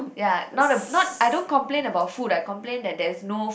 ya not a not I don't complain about food I complain that there's no